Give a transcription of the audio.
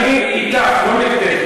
אני אתך, לא נגדך.